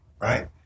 right